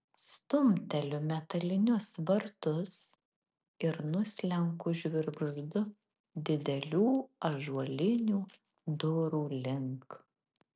stumteliu metalinius vartus ir nuslenku žvirgždu didelių ąžuolinių durų link